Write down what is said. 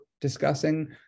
discussing